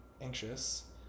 anxious